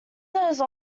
those